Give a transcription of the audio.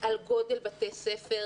על גודל בית הספר.